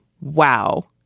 Wow